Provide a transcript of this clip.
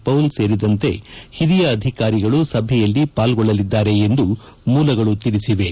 Paul ಸೇರಿದಂತೆ ಹಿರಿಯ ಅಧಿಕಾರಿಗಳು ಸಭೆಯಲ್ಲಿ ಪಾಲ್ಗೊಳ್ಳಲಿದ್ದಾರೆ ಎಂದು ಮೂಲಗಳು ತಿಳಿಸಿವೆ